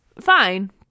fine